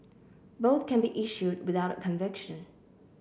both can be issued without a conviction